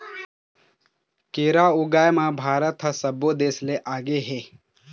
केरा ऊगाए म भारत ह सब्बो देस ले आगे हे